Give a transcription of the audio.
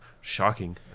shocking